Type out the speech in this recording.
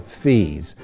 fees